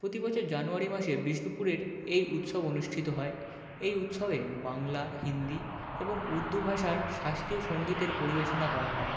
প্রতিবছর জানুয়ারি মাসে বিষ্ণুপুরের এই উৎসব অনুষ্ঠিত হয় এই উৎসবে বাংলা হিন্দি এবং উর্দু ভাষার শাস্ত্রীয় সঙ্গীতের পরিবেশনা করা হয়